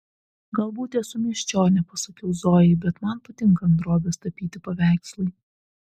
galbūt esu miesčionė pasakiau zojai bet man patinka ant drobės tapyti paveikslai